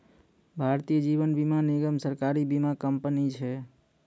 भारतीय जीवन बीमा निगम, सरकारी बीमा कंपनी छै